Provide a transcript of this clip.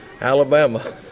Alabama